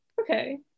Okay